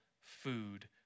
food